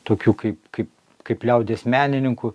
tokių kaip kaip kaip liaudies menininkų